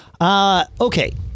Okay